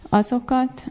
azokat